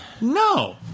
No